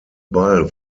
ball